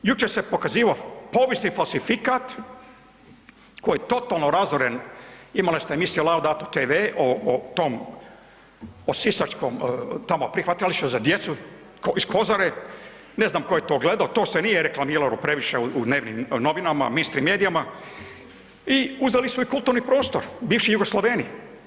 Jučer se pokazivao povijesni falsifikat koji je totalno razoran, imali ste emisije Laudato TV o tom o sisačkom prihvatilištu za djecu iz Kozare, ne znam tko je to gledao to se nije reklamiralo previše u dnevnim novinama, mainstream medijima i uzeli su i kulturni prostor bivši jugosloveni.